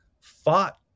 fought